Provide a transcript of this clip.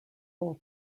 full